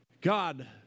God